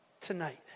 tonight